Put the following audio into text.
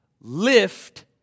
lift